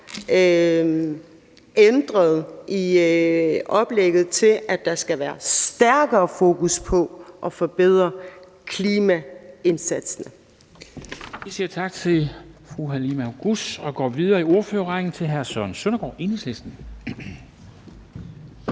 ændret i oplægget, så der skal være stærkere fokus på at forbedre klimaindsatsen.